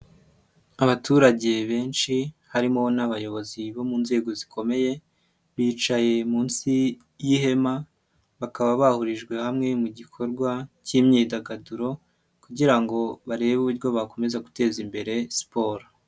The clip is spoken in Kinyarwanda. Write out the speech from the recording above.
Abaturage benshi harimo n'abayobozi bo mu nzego zikomeye, bicaye munsi y'ihema bakaba bahurijwe hamwe mu gikorwa cy'imyidagaduro kugira ngo barebe uburyo bakomeza guteza imbere siporo.